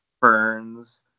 ferns